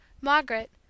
margaret